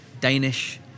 danish